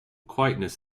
quietness